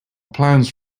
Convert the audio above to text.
plans